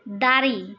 ᱫᱟᱨᱮ